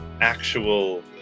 actual